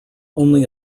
only